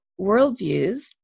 worldviews